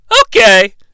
okay